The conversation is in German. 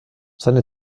seine